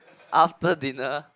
after dinner